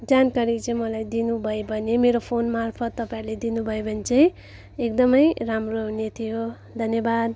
जानकारी चाहिँ मलाई दिनु भयो भने मेरो फोन मार्फत तपाईँले दिनु भयो भने चाहिँ एकदमै राम्रो हुने थियो धन्यवाद